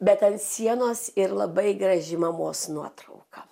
bet ant sienos ir labai graži mamos nuotrauka